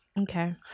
Okay